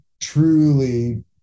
truly